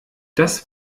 das